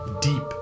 deep